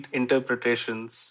interpretations